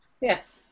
Yes